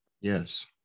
Yes